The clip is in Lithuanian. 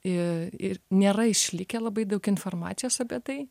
i ir nėra išlikę labai daug informacijos apie tai